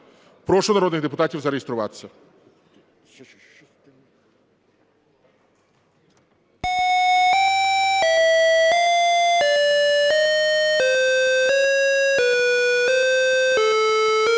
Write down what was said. Прошу народних депутатів зареєструватися.